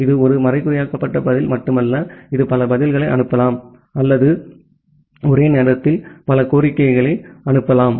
இது ஒரு மறைகுறியாக்கப்பட்ட பதில் மட்டுமல்ல இது பல பதில்களை அனுப்பலாம் அல்லது Refer Time 2606 ஒரே நேரத்தில் பல கோரிக்கைகளை அனுப்பலாம்